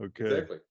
okay